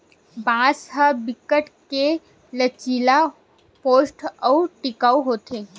बांस ह बिकट के लचीला, पोठ अउ टिकऊ होथे